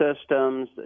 systems